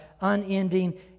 unending